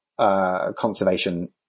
Conservation